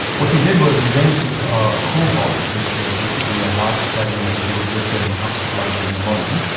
what we did was we went to a cohort, which is basically a large study of individuals who have been hospitalised with pneumonia,